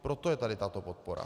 Proto je tady tato podpora.